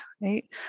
Right